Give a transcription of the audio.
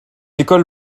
école